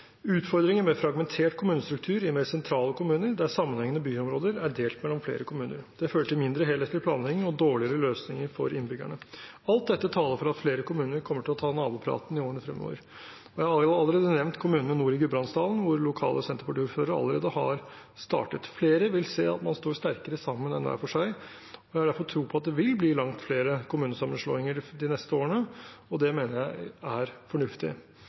utfordringer med fragmentert kommunestruktur i mer sentrale kommuner der sammenhengende byområder er delt mellom flere kommuner. Det fører til mindre helhetlig planlegging og dårligere løsninger for innbyggerne. Alt dette taler for at flere kommuner kommer til å ta nabopraten i årene fremover. Jeg har allerede nevnt kommunene nord i Gudbrandsdalen hvor lokale Senterparti-ordførere allerede har startet. Flere vil se at man står sterkere sammen enn hver for seg. Jeg har derfor tro på at det vil bli langt flere kommunesammenslåinger de neste årene, og det mener jeg er fornuftig.